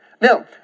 Now